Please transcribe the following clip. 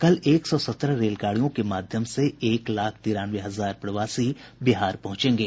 कल एक सौ सत्रह रेलगाड़ियों के माध्यम से एक लाख तिरानवे हजार प्रवासी बिहार पहुंचेंगे